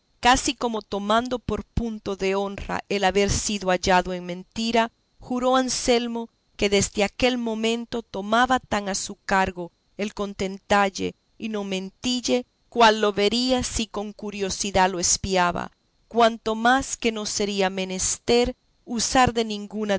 casi como tomando por punto de honra el haber sido hallado en mentira juró a anselmo que desde aquel momento tomaba tan a su cargo el contentalle y no mentille cual lo vería si con curiosidad lo espiaba cuanto más que no sería menester usar de ninguna